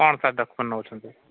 କ'ଣ sir document ନେଉଛନ୍ତି